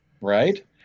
right